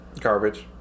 Garbage